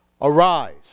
Arise